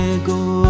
Go